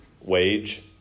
wage